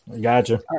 Gotcha